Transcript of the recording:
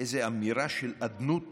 איזו אמירה של אדנות